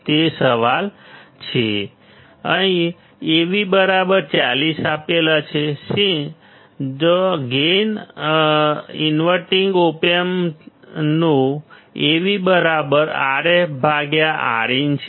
તે સવાલ છે